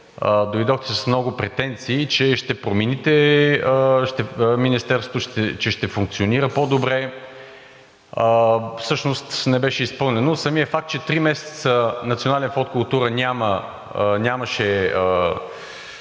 дойдохте с много претенции, че ще промените в Министерството, че ще функционира по-добре – всъщност не беше изпълнено. Самият факт, че три месеца Национален фонд „Култура“ нямаше